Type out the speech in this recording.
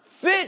fit